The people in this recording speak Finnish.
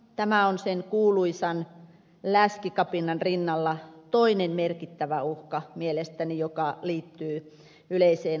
tämä on sen kuuluisan läskikapinan rinnalla toinen merkittävä uhka mielestäni joka liittyy yleiseen asevelvollisuuteen